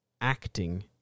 acting